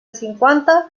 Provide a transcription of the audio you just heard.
cinquanta